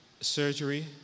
surgery